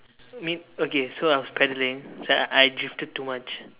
me okay so I was peddling I drifted too much